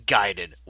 guided